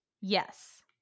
Yes